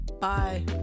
bye